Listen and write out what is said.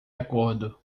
acordo